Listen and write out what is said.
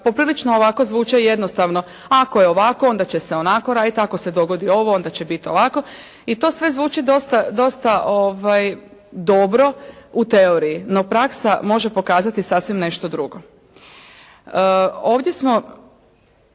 poprilično ovako zvuče jednostavno, ako je ovako onda će se onako raditi, ako se dogodi ovo, onda će biti ovako i to sve zvuči dosta dobro u teoriji, no praksa može pokazati sasvim nešto drugo. Ovdje smo